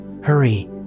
Hurry